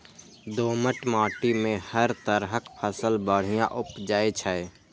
दोमट माटि मे हर तरहक फसल बढ़िया उपजै छै